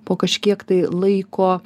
po kažkiek tai laiko